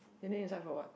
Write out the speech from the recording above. your name inside for what